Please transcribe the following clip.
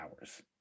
hours